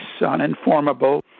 Uninformable